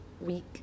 week